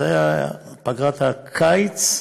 פגרת הקיץ,